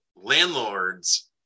landlord's